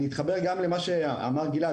אני אתחבר גם למה שאמר גלעד.